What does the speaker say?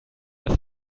dass